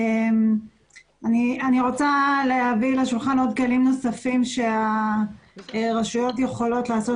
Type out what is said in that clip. אני רוצה להביא לשולחן כלים נוספים שהרשויות יכולות לעשות